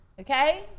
Okay